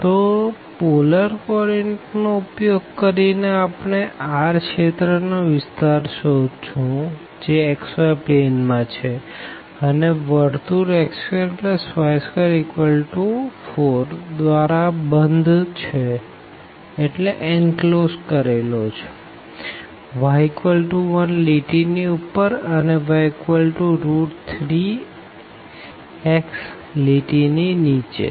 તો polar coordinate નો ઉપયોગ કરી ને આપણે R રિજિયન નો વિસ્તાર શોધશું જે xy plane માં છે અને સર્કલ x2y24 દ્વારા બંધ છે y1 લાઈન ની ઉપર અને y3xલાઈન ની નીચે